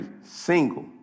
single